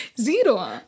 zero